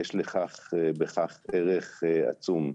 יש בכך ערך עצום.